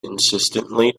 insistently